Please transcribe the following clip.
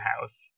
house